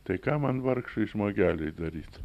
tai ką man vargšui žmogeliui daryt